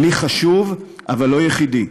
כלי חשוב אבל לא יחידי.